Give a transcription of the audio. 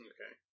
Okay